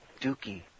Dookie